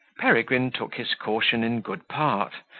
peregrine took his caution in good part,